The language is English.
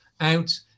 out